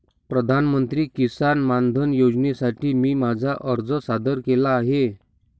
प्रधानमंत्री किसान मानधन योजनेसाठी मी माझा अर्ज सादर केला आहे